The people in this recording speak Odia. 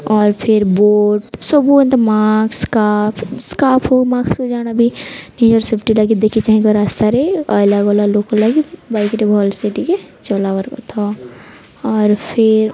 ଅର୍ ଫେର୍ ବୋଟ୍ ସବୁ ଏନ୍ତା ମାସ୍କ୍ ସ୍କାର୍ଫ ସ୍କାର୍ଫ ହଉ ମାସ୍କ ଜାଣ ବି ନିଜର ସେଫ୍ଟି ଲାଗି ଦେଖି ଚାହିଁକି ରାସ୍ତାରେ ଅଇଲା ଗଲା ଲୋକ ଲାଗି ବାଇକ୍ଟେ ଭଲ୍ସେ ଟିକେ ଚଲାବାର୍ କଥା ଆର୍ ଫେର୍